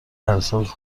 هرسال